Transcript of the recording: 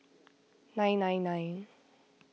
nine nine nine